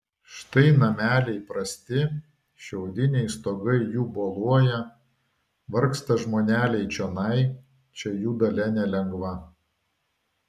štai nameliai prasti šiaudiniai stogai jų boluoja vargsta žmoneliai čionai čia jų dalia nelengva